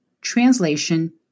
translation